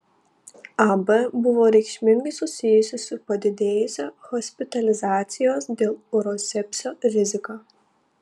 ab buvo reikšmingai susijusi su padidėjusia hospitalizacijos dėl urosepsio rizika